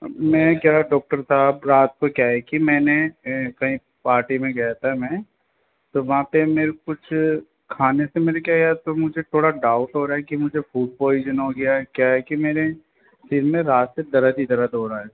मैं क्या डॉक्टर साहब रात को क्या है कि मैंने कहीं पार्टी में गया था मैं तो वहाँ पे मेरे कुछ खाने से मेरे क्या या तो मुझे थोड़ा डाउट हो रहा है कि मुझे फूड पॉइज़न हो गया है क्या है कि मेरे सिर में रात से दर्द ही दर्द हो रहा है